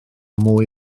mwy